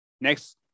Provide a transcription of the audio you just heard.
Next